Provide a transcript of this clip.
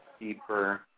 deeper